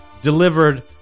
delivered